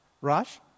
Raj